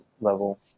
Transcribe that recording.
level